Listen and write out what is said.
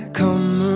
come